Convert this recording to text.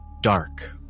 dark